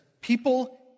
people